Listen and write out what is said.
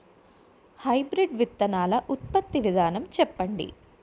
Hybrid విత్తనాలు ఉత్పత్తి విధానం చెప్పండి?